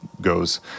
goes